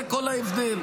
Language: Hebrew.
זה כל ההבדל.